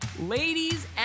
Ladies